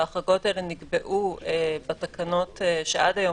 וההחרגות האלה נקבעו בתקנות שעד היום